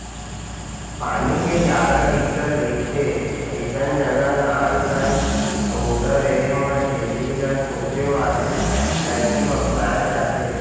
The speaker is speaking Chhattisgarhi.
पानी के जादा दिक्कत रहिथे अइसन जघा नानकन पउधा रेहे म झिल्ली ल तोपे वाले तरकीब अपनाए जाथे